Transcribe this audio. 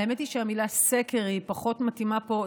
האמת היא שהמילה "סקר" היא פחות מתאימה פה,